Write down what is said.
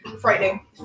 Frightening